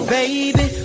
baby